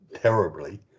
terribly